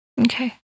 Okay